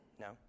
No